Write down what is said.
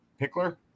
Pickler